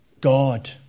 God